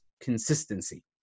consistency